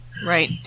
Right